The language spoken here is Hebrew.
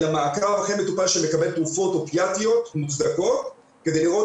אלא מעקב אחרי מטופל שמקבל תרופות אופיאטיות מוצדקות כדי לראות